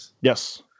Yes